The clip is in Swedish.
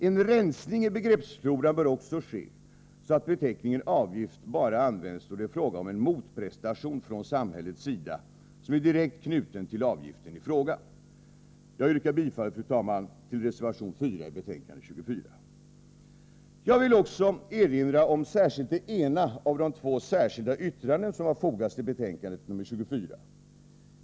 En rensning i begreppsfloran bör också ske, så att beteckningen avgift bara används då det är fråga om en motprestation från samhällets sida som är direkt knuten till avgiften i fråga. Jag yrkar bifall, fru talman, till reservation 4 i betänkande 24. Jag vill också erinra om framför allt det ena av de två särskilda yttranden som har fogats till betänkande 24.